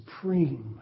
supreme